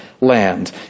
land